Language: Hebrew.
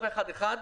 ה-1.1 מיליון,